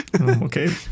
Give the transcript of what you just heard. okay